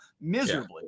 miserably